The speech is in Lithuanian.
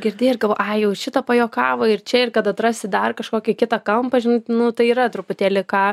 girdi ir galvoji a jau šitą pajuokavo ir čia ir kad atrasi dar kažkokį kitą kampą žinai tai yra truputėlį ką